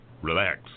relax